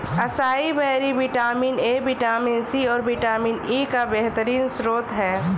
acai berry vitamin A, vitamin C, और vitamin E का बेहतरीन स्त्रोत है